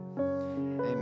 Amen